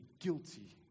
guilty